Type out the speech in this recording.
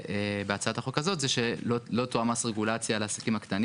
לעניין הגדלת רף העובי של השקית שעליה יחול ההיטל,